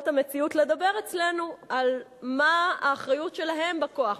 המציאות לדבר אצלנו על מה האחריות שלהם בכוח,